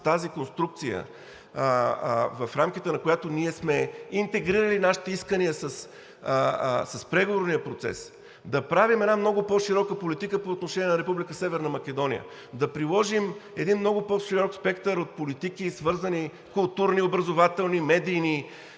тази конструкция, в рамките на която ние сме интегрирали нашите искания с преговорния процес – да правим една много по-широка политика по отношение на Република Северна Македония. Да приложим един много по-широк спектър от политики: културно образователни, медийни,